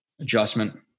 adjustment